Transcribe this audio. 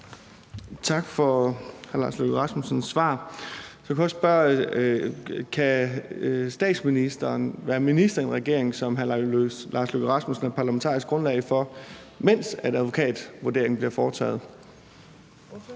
Tak for hr. Lars Løkke Rasmussens svar. Jeg kan også spørge, om statsministeren kan være minister i en regering, som hr. Lars Løkke Rasmussen er parlamentarisk grundlag for, mens advokatvurderingen bliver foretaget.